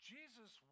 Jesus